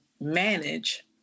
manage